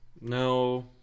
no